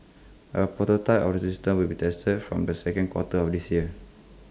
A prototype of the system will be tested from the second quarter of this year